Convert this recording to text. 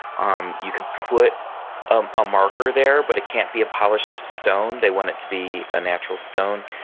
um you could put um a marker there but it can't be a polished stone. they want it to be a natural stone.